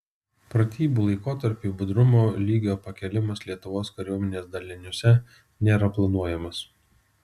pratybų laikotarpiui budrumo lygio pakėlimas lietuvos kariuomenės daliniuose nėra planuojamas